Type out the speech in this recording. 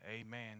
Amen